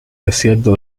desierto